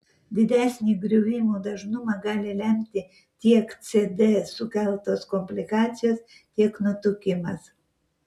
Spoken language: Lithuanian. didesnį griuvimų dažnumą gali lemti tiek cd sukeltos komplikacijos tiek nutukimas